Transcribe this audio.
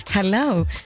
hello